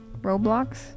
Roblox